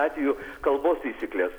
atveju kalbos taisykles